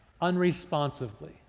unresponsively